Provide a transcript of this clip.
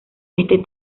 este